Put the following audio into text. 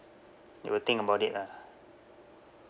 they will think about it lah